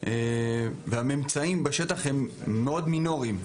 והממצאים בשטח הם מאוד מינוריים.